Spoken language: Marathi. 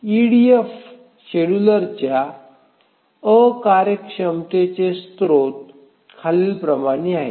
ईडीएफ शेड्यूलरच्या अकार्यक्षमतेचे स्त्रोत खालीलप्रमाणे आहेत